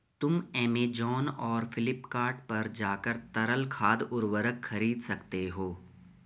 तुम ऐमेज़ॉन और फ्लिपकार्ट पर जाकर तरल खाद उर्वरक खरीद सकते हो